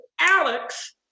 Alex